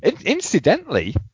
incidentally